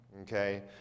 okay